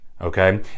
Okay